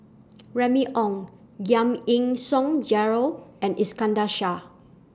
Remy Ong Giam Yean Song Gerald and Iskandar Shah